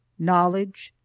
knowledge,